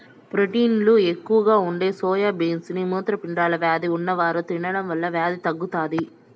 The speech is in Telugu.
ప్రోటీన్లు ఎక్కువగా ఉండే సోయా బీన్స్ ని మూత్రపిండాల వ్యాధి ఉన్నవారు తినడం వల్ల వ్యాధి తగ్గుతాది